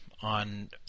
on